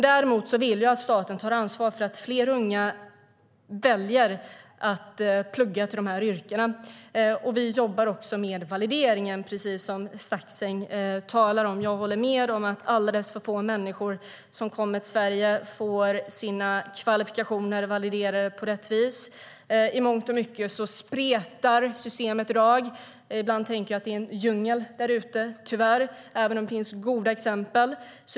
Däremot vill jag att staten tar ansvar för att fler unga väljer att plugga till dessa yrken, och vi jobbar också med valideringen, precis som Staxäng framhåller. Jag håller med om att alldeles för få människor som kommer till Sverige får sina kvalifikationer validerade på rätt vis. Systemet i dag spretar. Ibland tänker jag att det är en djungel därute, tyvärr, även om det finns en del goda exempel.